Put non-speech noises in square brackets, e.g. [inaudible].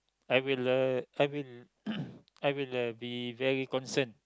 I will uh I will [coughs] I will uh be very concerned